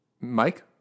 Mike